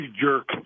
jerk